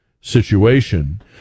situation